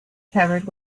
covered